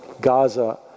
Gaza